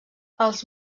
els